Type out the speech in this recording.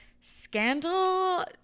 scandal